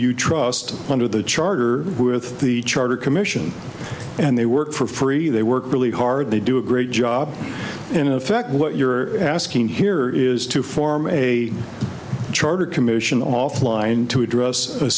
you trust under the charter with the charter commission and they work for free they work really hard they do a great job in effect what you're asking here is to form a charter commission offline to address